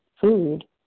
food